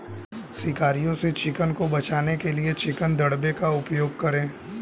शिकारियों से चिकन को बचाने के लिए चिकन दड़बे का उपयोग करें